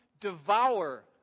devour